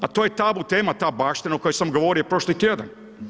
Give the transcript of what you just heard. A to je tabu tema ta baština o kojoj sam govorio prošli tjedan.